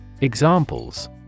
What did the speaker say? Examples